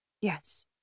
Yes